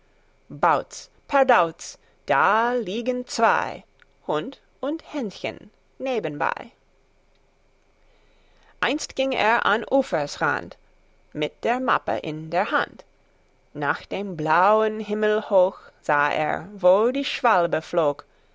perdauz da liegen zwei hund und hännschen nebenbei einst ging er an ufers rand mit der mappe in der hand nach dem blauen himmel hoch sah er wo die schwalbe flog